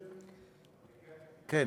כן.